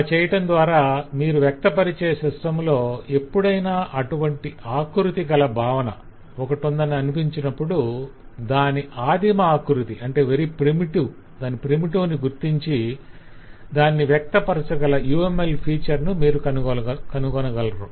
అలా చేయటం ద్వారా మీరు వ్యక్తపరచే సిస్టం లో ఎప్పుడైనా అటువంటి ఆకృతి గల భావన ఒకటుందని అనిపించినప్పుడు దాని ఆదిమ ఆకృతిని గుర్తించి దానిని వ్యక్తపరచగల UML ఫీచర్ ను మీరు కనుగొనగలరు